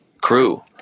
crew